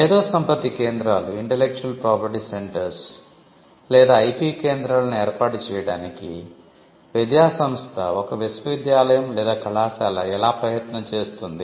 మేధోసంపత్తి కేంద్రాలు లేదా ఐపి కేంద్రాలను ఏర్పాటు చేయడానికి విద్యా సంస్థ ఒక విశ్వవిద్యాలయం లేదా కళాశాల ఎలా ప్రయత్నం చేస్తుంది